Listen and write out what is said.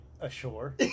ashore